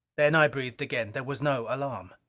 then i breathed again. there was no alarm.